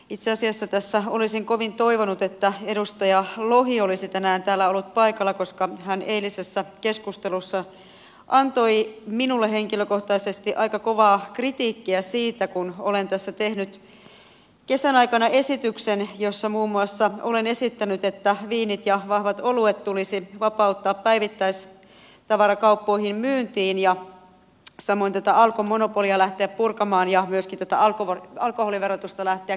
itse asiassa tässä olisin kovin toivonut että edustaja lohi olisi tänään täällä ollut paikalla koska hän eilisessä keskustelussa antoi minulle henkilökohtaisesti aika kovaa kritiikkiä siitä kun olen tässä tehnyt kesän aikana esityksen jossa muun muassa olen esittänyt että viinit ja vahvat oluet tulisi vapauttaa päivittäistavarakauppoihin myyntiin ja samoin tätä alkon monopolia lähteä purkamaan ja myöskin alkoholiverotusta lähteä keventämään